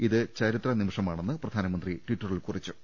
ഇത് ചരിത്ര നിമിഷമാ ണെന്ന് പ്രധാനമന്ത്രി ടിറ്ററിൽ കുറിച്ചു